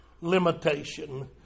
limitation